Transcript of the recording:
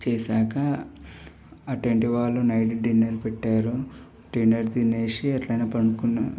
చేసాక ఆ టెంట్ వాళ్ళు నైట్ డిన్నర్ పెట్టారు డిన్నర్ తినేసి అట్లనే పడుకున్నాను